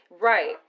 Right